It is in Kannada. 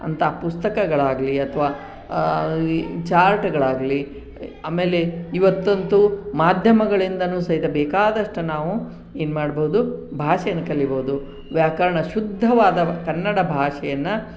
ಅಂತಹ ಪುಸ್ತಕಗಳಾಗಲಿ ಅಥವಾ ಈ ಚಾರ್ಟ್ಗಳಾಗಲಿ ಆಮೇಲೆ ಇವತ್ತಂತು ಮಾಧ್ಯಮಗಳಿಂದನು ಸಹಿತ ಬೇಕಾದಷ್ಟು ನಾವು ಏನು ಮಾಡ್ಬೋದು ಭಾಷೆನ ಕಲಿಬೋದು ವ್ಯಾಕರಣ ಶುದ್ಧವಾದ ಕನ್ನಡ ಭಾಷೆಯನ್ನು